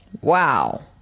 Wow